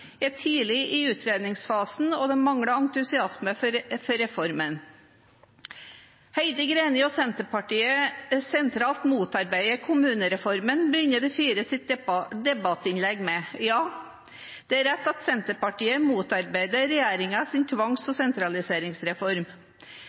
er tidlig i utredningsfasen, og de mangler entusiasme for reformen. Heidi Greni og Senterpartiet sentralt motarbeider kommunereformen, begynner de fire sitt debattinnlegg med. Ja, det er riktig at Senterpartiet motarbeider regjeringens tvangs- og sentraliseringsreform.